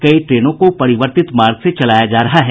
कई ट्रेनों को परिवर्तित मार्ग से चलाया जा रहा है